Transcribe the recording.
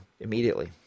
immediately